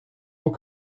nur